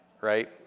right